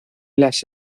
las